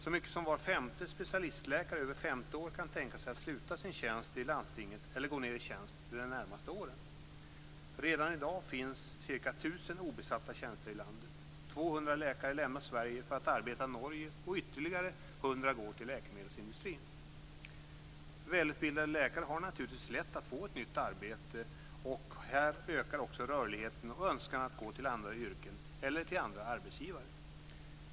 Så mycket som var femte specialistläkare över 50 år kan tänka sig att sluta sin tjänst i landstinget eller gå ned i tjänst de närmaste åren. Redan i dag finns det ca 1 000 obesatta tjänster i landet. 200 läkare lämnar Sverige för att arbeta i Norge, och ytterligare 100 går till läkemedelsindustrin. Välutbildade läkare har naturligtvis lätt att få ett nytt arbete, och här ökar också rörligheten och önskan att gå till andra yrken eller till andra arbetsgivare.